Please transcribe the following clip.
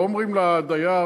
לא אומרים לדייר,